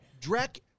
Drek